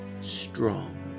strong